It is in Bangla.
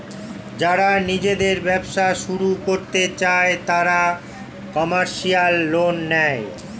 যারা নিজেদের ব্যবসা শুরু করতে চায় তারা কমার্শিয়াল লোন নেয়